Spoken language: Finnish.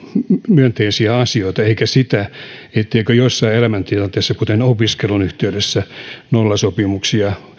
myönteisiä asioita eikä sitä etteikö jossain elämäntilanteessa kuten opiskelun yhteydessä nollasopimuksia